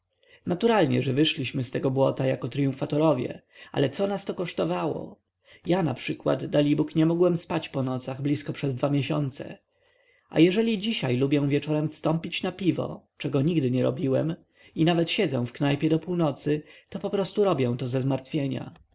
naturalnie że wyszliśmy z tego błota jak tryumfatorowie ale co nas to kosztowało ja naprzykład dalibóg nie mogłem sypiać po nocach blisko przez dwa miesiące a jeżeli dzisiaj lubię wieczorem wstąpić na piwo czego nigdy nie robiłem i nawet siedzę w knajpie do północy to poprostu robię to ze zmartwienia